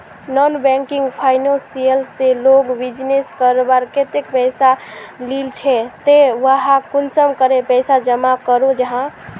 Non banking financial से लोग business करवार केते पैसा लिझे ते वहात कुंसम करे पैसा जमा करो जाहा?